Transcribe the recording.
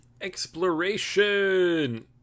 exploration